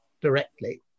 directly